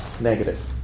negative